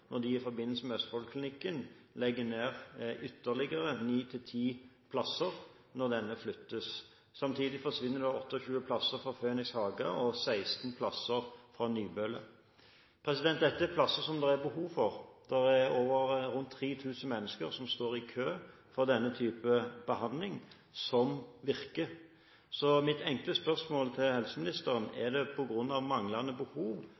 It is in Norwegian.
når man i forbindelse med Østfoldklinikken legger ned ytterligere ni–ti plasser når denne flyttes. Samtidig forsvinner 28 plasser fra Phoenix Haga og 16 plasser fra Nybøle. Dette er plasser det er behov for. Det er over 3 000 mennesker som står i kø for denne typen behandling, som virker. Så mitt enkle spørsmål til helseministeren er: Er det på grunn av manglende behov